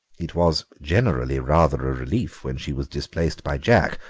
it was generally rather a relief when she was displaced by jack,